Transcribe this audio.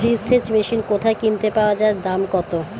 Drip সেচ machine কোথায় কিনতে পাওয়া যায় দাম কত?